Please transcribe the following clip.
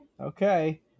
Okay